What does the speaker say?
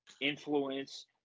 influence